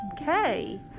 Okay